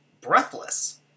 Breathless